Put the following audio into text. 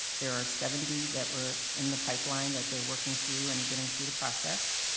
there are seventy that were in the pipeline that they're working through and getting through the process.